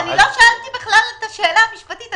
לא שאלתי בכלל את השאלה המשפטית.